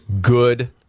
good